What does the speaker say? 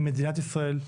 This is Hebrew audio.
עם מדינת ישראל,